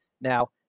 Now